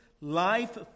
life